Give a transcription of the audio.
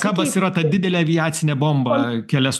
kabas yra ta didelė aviacinė bomba kelias